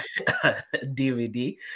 DVD